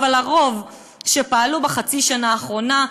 אבל הרוב שפעלו בחצי השנה האחרונה,